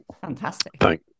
Fantastic